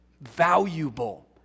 valuable